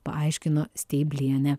paaiškino steiblienė